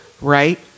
Right